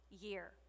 year